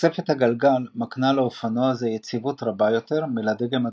תוספת הגלגל מקנה לאופנוע זה יציבות רבה יותר מלדגם הדו-גלגלי,